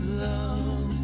love